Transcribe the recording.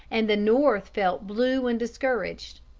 and the north felt blue and discouraged.